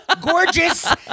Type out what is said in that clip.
Gorgeous